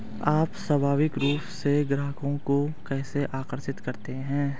आप स्वाभाविक रूप से ग्राहकों को कैसे आकर्षित करते हैं?